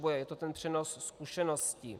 Je to ten přenos zkušeností.